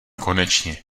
konečně